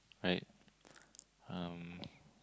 right um